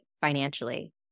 financially